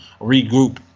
regroup